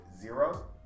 Zero